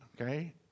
okay